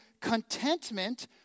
contentment